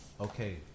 Okay